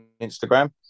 Instagram